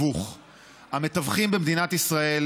אנחנו עוברים להצעת חוק המתווכים במקרקעין